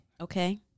Okay